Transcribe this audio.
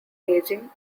ageing